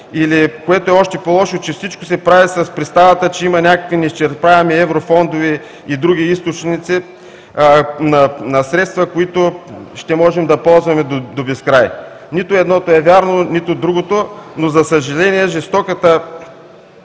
или, което е още по-лошо, че всичко се прави с представата, че има някакви неизчерпаеми еврофондове и други източници на средства, които ще можем да ползваме до безкрай. Нито едното е вярно, нито другото. За съжаление, жестоката